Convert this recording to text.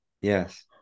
Yes